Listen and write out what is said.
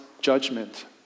judgment